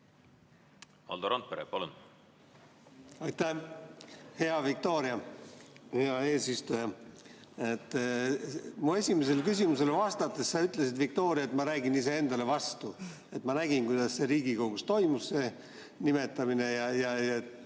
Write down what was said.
Valdo Randpere, palun! Aitäh! Hea Viktoria! Hea eesistuja! Mu esimesele küsimusele vastates sa ütlesid, Viktoria, et ma räägin iseendale vastu, et ma nägin, kuidas Riigikogus see nimetamine